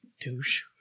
Douche